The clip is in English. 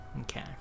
Okay